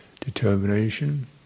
determination